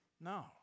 No